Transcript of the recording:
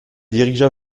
dirigea